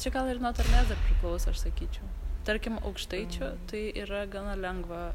čia gal ir nuo tarmės dar priklauso aš sakyčiau tarkim aukštaičių tai yra gana lengva